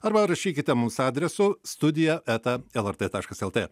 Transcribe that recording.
arba rašykite mums adresustudija eta lrt taškas lt